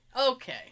okay